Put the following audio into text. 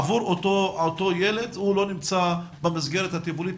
עבור אותו ילד והוא לא נמצא במסגרת הטיפולית